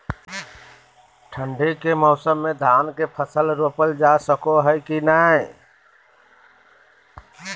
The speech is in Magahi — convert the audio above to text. ठंडी के मौसम में धान के फसल रोपल जा सको है कि नय?